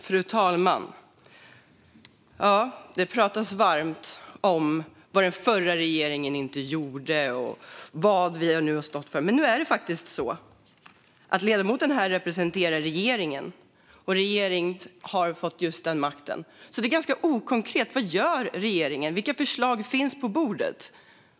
Fru talman! Det pratas varmt om vad den förra regeringen inte gjorde och vad vi har stått för. Men nu är det faktiskt så att ledamoten här representerar regeringen, och regeringen har fått just makten. Det är inte så konkret vad regeringen gör och vilka förslag som finns på bordet.